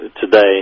today